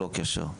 ללא קשר,